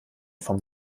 vom